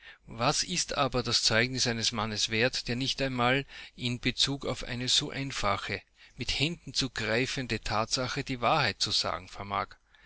was ist aber das zeugnis eines mannes wert der nicht einmal in bezug auf eine so einfache mit händen zu greifende tatsache die wahrheit zu sagen vermag